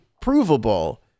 provable